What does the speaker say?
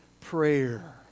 prayer